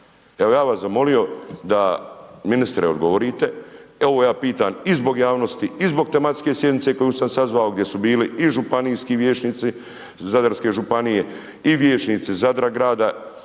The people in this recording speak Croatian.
Evo ja bi vas zamolio da ministre odgovorite, ovo ja pitam i zbog javnosti i zbog tematske sjednice koju sam sazvao, gdje su bili i županijski vijećnici Zadarske županije i vijećnici Zadra grada,